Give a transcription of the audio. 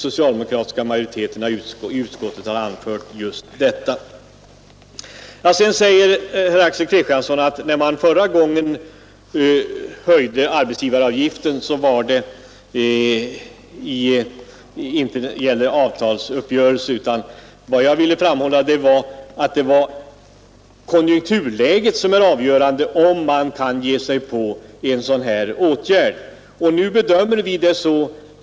Herr Axel Kristiansson säger att när man förra gången höjde arbetsgivaravgiften skedde det före en avtalsrörelse. Jag vill framhålla att konjunkturläget är särskilt avgörande för om en sådan åtgärd kan vidtagas.